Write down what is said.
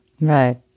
Right